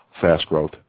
fast-growth